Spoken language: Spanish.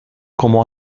como